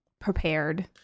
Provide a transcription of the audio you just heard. prepared